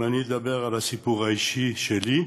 אם אני אדבר על הסיפור האישי שלי,